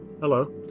hello